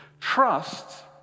Trust